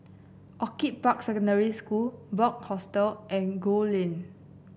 Orchid Park Secondary School Bunc Hostel and Gul Lane